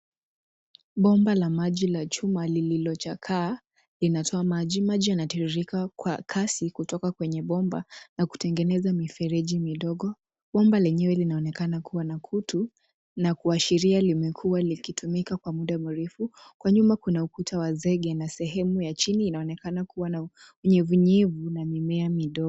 Bomba la maji la chuma lililochakaa linatoa maji. Maji yanatiririka kwa kasi kutoka kwenye bomba na kutengeza mifereji midogo. Bomba lenyewe linaonekana kua na kutu na kuashiria limekua likitumika kwa muda mrefu. Kwa nyuma kuna ukuta wa zege na sehemu ya chini inaonekana kua na unyevunyevu na mimea midogo.